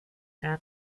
der